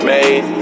Made